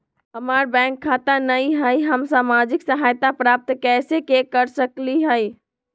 हमार बैंक खाता नई हई, हम सामाजिक सहायता प्राप्त कैसे के सकली हई?